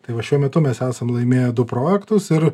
tai va šiuo metu mes esam laimėję du projektus ir